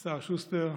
השר שוסטר,